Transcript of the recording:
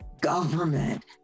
government